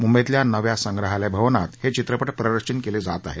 मुंबईतल्या नव्या संग्रहालय भवनात हे चित्रपट प्रदर्शित केले जात आहेत